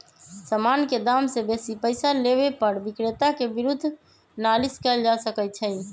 समान के दाम से बेशी पइसा लेबे पर विक्रेता के विरुद्ध नालिश कएल जा सकइ छइ